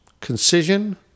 concision